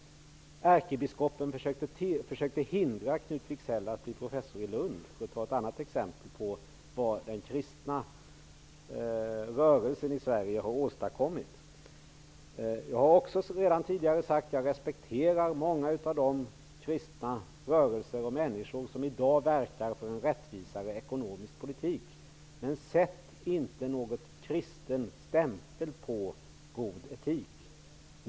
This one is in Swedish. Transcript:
Ärkebiskopen försökte hindra Knut Wicksell att bli professor i Lund, för att ta ett annat exempel på vad den kristna rörelsen i Sverige har åstadkommit. Jag har redan tidigare sagt att jag respekterar många av de kristna rörelser och människor som i dag verkar för en rättvisare ekonomisk politik. Men sätt inte en kristen stämpel på god etik!